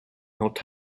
not